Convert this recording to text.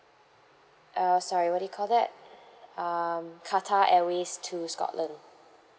err sorry what do you call that um qatar airways to scotland